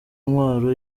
ntwaro